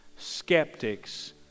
skeptics